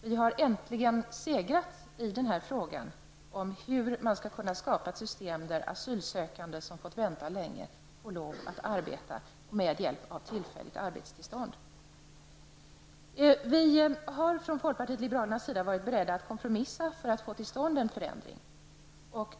Vi har äntligen segrat i frågan om hur man skall kunna skapa ett system där asylsökande som väntat länge får arbeta med hjälp av tillfälligt arbetstillstånd. Vi i folkpartiet liberalerna har varit beredda att kompromissa för att få till stånd en ändring av bestämmelserna.